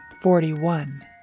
forty-one